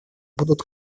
будут